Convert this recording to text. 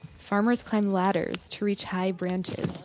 farmers climb ladders to reach high branches.